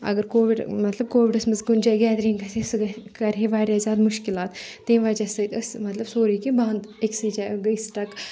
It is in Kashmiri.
اَگر کووِڈ مطلب کووِڈس منز کُنہِ جایہِ گیٚتدرِنگ گژھِ ہے سُہ گژھِ کَرِ ہے واریاہ زیادٕ مُشکِلات تمہِ وَجہ سۭتۍ أسۍ مطلب سورُے کینٛہہ بَند أکسٕے جایہِ گٔیہِ سِٹک